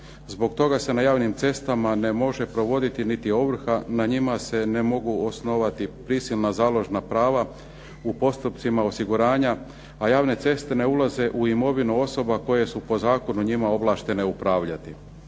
Zbog toga se na javnim cestama ne može provoditi niti ovrha, na njima se ne mogu osnovati prisilna založna prava u postupcima osiguranja, a javne ceste ne ulaze u imovinu osoba koje su po zakonu njima ovlaštene upravljati.